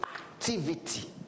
activity